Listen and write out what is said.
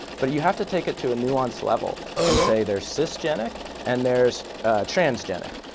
but you have to take it to a nuanced level and say, there's sysgenic and there's transgenic.